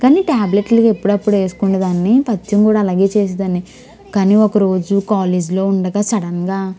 కానీ టాబ్లెట్లు ఎప్పుడప్పుడు వేసుకొనే దాన్ని పత్యం కూడా అలాగే చేసేదాన్ని కానీ ఒక రోజు కాలేజీలో ఉండగా సడన్గా